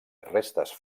restes